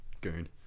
goon